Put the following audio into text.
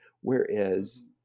Whereas